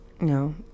no